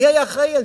מי היה אחראי לזה?